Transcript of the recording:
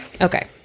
Okay